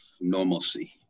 normalcy